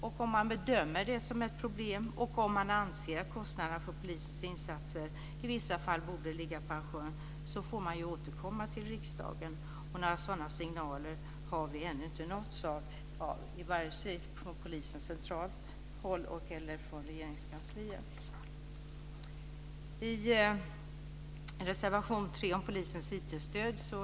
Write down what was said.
Om man bedömer det som ett problem och anser att kostnaderna för polisens insatser i vissa fall borde ligga på arrangören får man återkomma till riksdagen. Några sådana signaler har vi ännu inte nåtts av, vare sig från polisen på centralt håll eller från Regeringskansliet. Reservation 3 handlar om polisens IT-stöd.